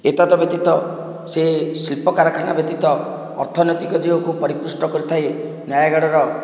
ଏତଦ୍ ବ୍ୟତୀତ ସେ ଶିଳ୍ପ କାରଖାନା ବ୍ୟତୀତ ଅର୍ଥନୈତିକ ଜେଓକୁ ପରିପୃଷ୍ଟ କରିଥାଏ ନୟାଗଡ଼ର